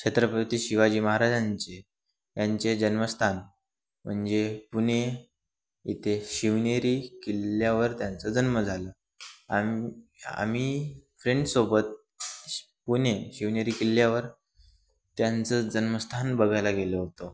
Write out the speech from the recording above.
छत्रपती शिवाजी महाराजांचे यांचे जन्मस्थान म्हणजे पुणे इथे शिवनेरी किल्ल्यावर त्यांचं जन्म झाला आम आम्ही फ्रेंडसोबत शि पुणे शिवनेरी किल्ल्यावर त्यांचं जन्मस्थान बघायला गेलो होतो